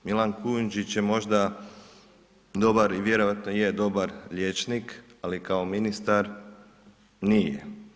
Milan Kujundžić je možda dobar i vjerojatno je dobar liječnik, ali kao ministar nije.